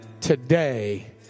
Today